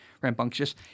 rambunctious